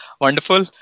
Wonderful